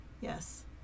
Yes